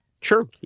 Sure